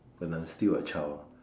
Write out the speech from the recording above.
when I'm still a child